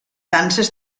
danses